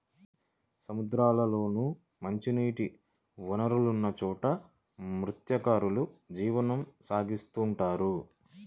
సముద్రాల్లోనూ, మంచినీటి వనరులున్న చోట మత్స్యకారులు జీవనం సాగిత్తుంటారు